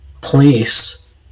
place